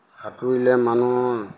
সাঁতুৰিলে মানুহৰ